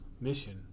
Mission